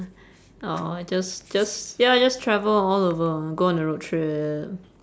!aww! just just ya just travel all over go on a road trip